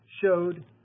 showed